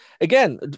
Again